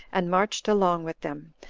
and marched along with them,